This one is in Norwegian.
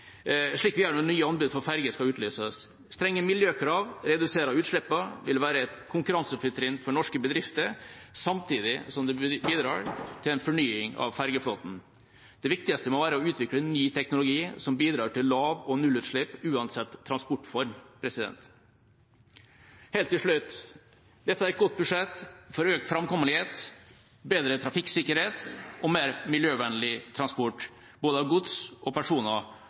skal utlyses. Strenge miljøkrav reduserer utslippene og vil være et konkurransefortrinn for norske bedrifter, samtidig som det bidrar til en fornying av fergeflåten. Det viktigste må være å utvikle ny teknologi som bidrar til lav- og nullutslipp uansett transportform. Helt til slutt: Dette er et godt budsjett for økt framkommelighet, bedre trafikksikkerhet og mer miljøvennlig transport, både av gods og personer.